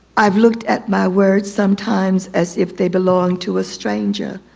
i've looked at my words, sometimes as if they belong to a stranger.